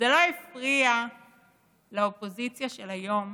זה לא הפריע לאופוזיציה של היום